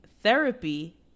Therapy